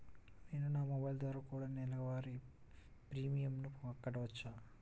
నేను నా మొబైల్ ద్వారా కూడ నెల వారి ప్రీమియంను కట్టావచ్చా?